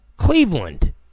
Cleveland